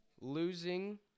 losing